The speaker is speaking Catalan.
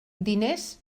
diners